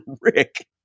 Rick